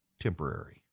temporary